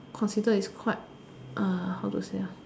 consider is quite uh how to say ah